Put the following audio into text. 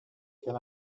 can